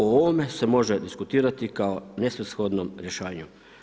O ovome se može diskutirati kao nesvrshodnom rješavanju.